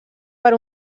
per